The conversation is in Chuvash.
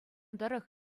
тӑрӑх